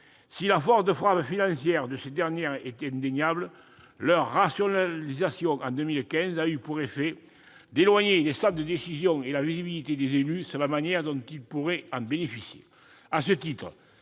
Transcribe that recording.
Si la force de frappe financière de ces dernières est indéniable, leur rationalisation en 2015 a eu pour effet d'éloigner les centres de décision et la visibilité des élus sur la manière dont ils pourraient en bénéficier.